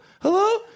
Hello